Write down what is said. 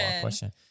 question